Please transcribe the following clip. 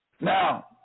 Now